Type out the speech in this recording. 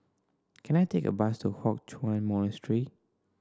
can I take a bus to Hock Chuan Monastery